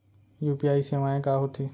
UPI सेवाएं का होथे